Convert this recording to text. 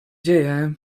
dzieje